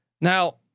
Now